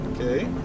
Okay